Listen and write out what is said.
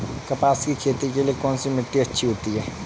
कपास की खेती के लिए कौन सी मिट्टी अच्छी होती है?